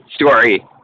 story